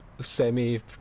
semi